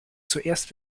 zuerst